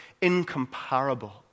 incomparable